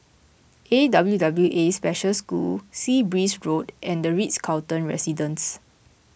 A W W A Special School Sea Breeze Road and the Ritz Carlton Residences